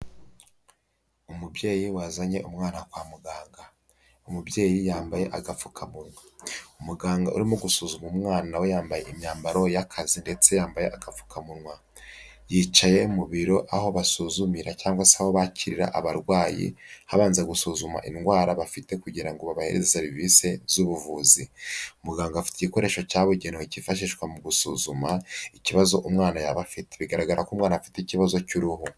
Umubyeyi wazanye umwana kwa muganga. Umubyeyi yambaye agapfukamunwa. Umuganga urimo gusuzuma umwana we yambaye imyambaro y'akazi ndetse yambaye akapfukamunwa. Yicaye mu biro aho basuzumira cyangwa se abo bakirira abarwayi, habanza gusuzuma indwara bafite kugira ngo babahe serivisi z'ubuvuzi. Muganga afite igikoresho cyabugenewe cyifashishwa mu gusuzuma, ikibazo umwana yaba afite. Bigaragara ko umwana afite ikibazo cy'uruhu.